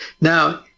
Now